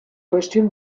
christian